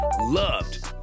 loved